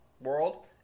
world